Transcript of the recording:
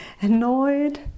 annoyed